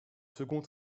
second